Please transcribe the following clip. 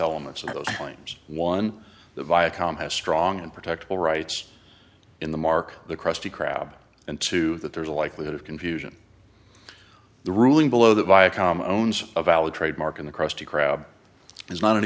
elements of those claims one the viacom has strong and protect all rights in the mark the krusty krab and two that there's a likelihood of confusion the ruling below that viacom owns a valid trademark in the krusty krab is not an